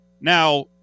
Now